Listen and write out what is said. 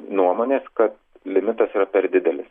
nuomonės kad limitas yra per didelis